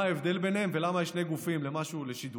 מה ההבדל ביניהם ולמה יש שני גופים לשידורים?